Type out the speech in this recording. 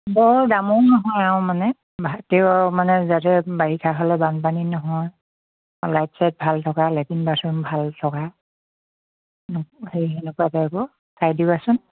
বৰ দামো নহয় আৰু মানে ভাল তেও মানে যাতে বাৰিষা হ'লে বানপানী নহয় লাইট চাইট ভাল থকা লেট্ৰিন বাথৰুম ভাল থকা সেই সেনেকুৱা টাইপৰ চাই দিবাচোন